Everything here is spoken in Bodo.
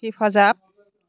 हेफाजाब